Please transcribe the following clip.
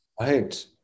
right